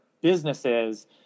businesses